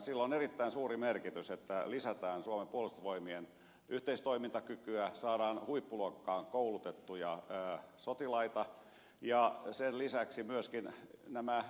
sillä on erittäin suuri merkitys että lisätään suomen puolustusvoimien yhteistoimintakykyä saadaan huippuluokkaan koulutettuja sotilaita ja sen lisäksi myöskin nämä